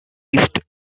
list